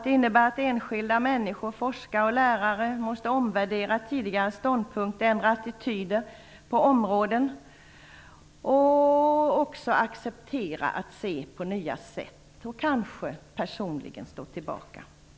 Den innebär att enskilda människor, forskare och lärare måste omvärdera tidigare ståndpunkter och ändra attityd och se på saker och ting på ett nytt sätt. De måste kanske också personligen stå tillbaka.